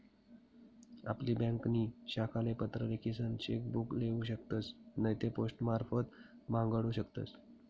आपली ब्यांकनी शाखाले पत्र लिखीसन चेक बुक लेऊ शकतस नैते पोस्टमारफत मांगाडू शकतस